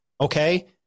okay